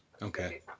Okay